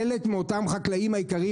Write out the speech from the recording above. חלק מאותם חקלאים יקרים,